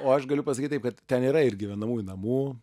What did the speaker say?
o aš galiu pasakyt taip kad ten yra ir gyvenamųjų namų